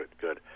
good